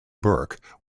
burke